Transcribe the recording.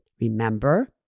Remember